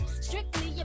Strictly